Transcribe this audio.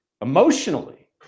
emotionally